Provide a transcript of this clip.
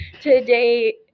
today